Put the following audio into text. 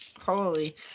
holy